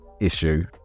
issue